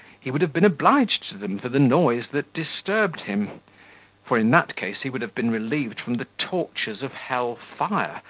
he would have been obliged to them for the noise that disturbed him for, in that case, he would have been relieved from the tortures of hell fire,